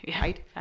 right